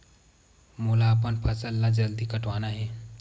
मोला अपन फसल ला जल्दी कटवाना हे?